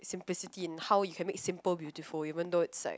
simplicity and how you can make simple beautiful even though it's like